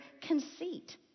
conceit